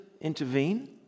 intervene